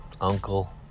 uncle